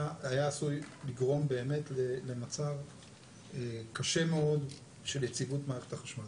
עשוי לגרום באמת למצב קשה מאוד של יציבות מערכת החשמל.